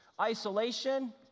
isolation